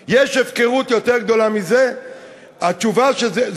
יש דבר שנקרא "לא רוצים למצוא".